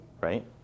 right